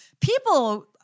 People